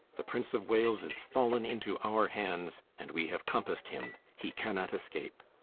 the prince of wales is fallen into our hands, and we have compassed him he cannot escape.